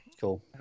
Cool